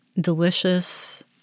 delicious